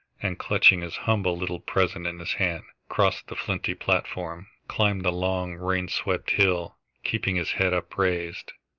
and, clutching his humble little present in his hand, cross the flinty platform, climb the long, rain-swept hill, keeping his head upraised,